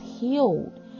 healed